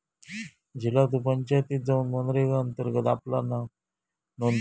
झिला तु पंचायतीत जाउन मनरेगा अंतर्गत आपला नाव नोंदव